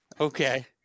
Okay